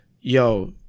yo